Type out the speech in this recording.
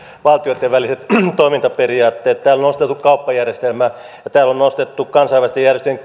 valtioitten väliset toimintaperiaatteet täällä on nostettu kauppajärjestelmä ja täällä on nostettu kansainvälisten järjestöjen